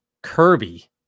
Kirby